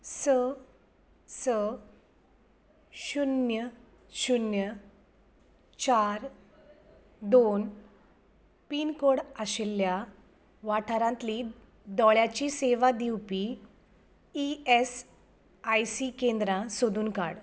स स शून्य शून्य चार दोन पीन कोड आशिल्ल्या वाठारांतलीं दोळ्यांची सेवा दिवपी ई एस आय सी केंद्रां सोदून काड